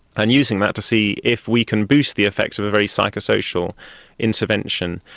and using that to see if we can boost the effect of a very psychosocial intervention,